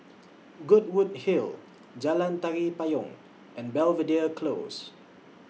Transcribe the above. Goodwood Hill Jalan Tari Payong and Belvedere Close